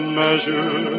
measure